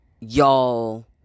y'all